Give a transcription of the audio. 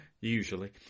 Usually